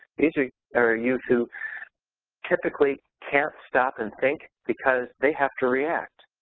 these are are youth who typically can't stop and think because they have to react.